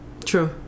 True